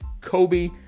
Kobe